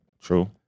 True